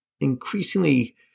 increasingly